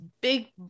big